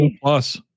plus